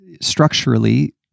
structurally